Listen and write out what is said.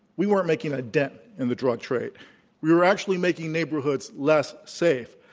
we weren't making a dent in the drug trade we were actually making neighborhoods less safe.